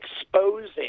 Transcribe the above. exposing